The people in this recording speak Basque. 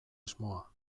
asmoa